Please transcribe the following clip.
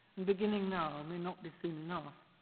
and beginning now may not be soon enough.